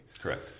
Correct